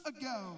ago